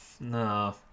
No